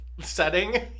setting